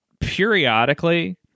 periodically